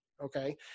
okay